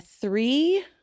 three